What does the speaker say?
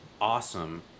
awesome